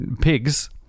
pigs